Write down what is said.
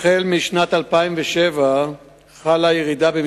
רצוני לשאול: 1. האם נבדקה התנהגות המשטרה?